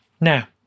Now